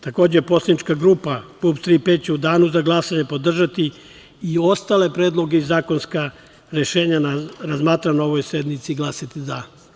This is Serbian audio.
Takođe poslanička grupa PUPS „Tri P“ će u danu za glasanje podržati i ostale predloge i zakonska rešenja razmatrana na ovoj sednici i glasati za.